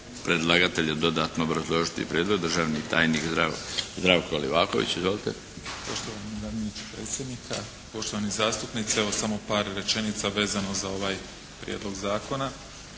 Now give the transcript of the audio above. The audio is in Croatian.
predlagatelja dodatno obrazložiti prijedlog? Državni tajnik Zdravko Livaković. Izvolite. **Livaković, Zdravko** Poštovani zamjeniče predsjednika, poštovani zastupnici. Evo samo par rečenica vezano za ovaj prijedlog zakona.